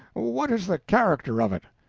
what is the character of it?